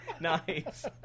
Nice